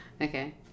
Okay